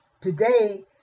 today